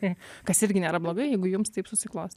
tai kas irgi nėra blogai jeigu jums taip susiklostė